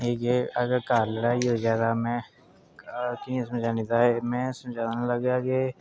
एह् के अगर घर लड़ाई होई जा ते में की में समझान लगेआं के